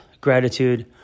gratitude